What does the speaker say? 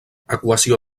equació